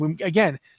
again